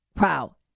Wow